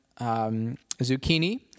zucchini